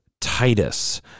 Titus